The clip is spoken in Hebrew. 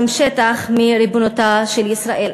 הם שטח בריבונותה של ישראל.